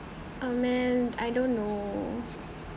a man I don't know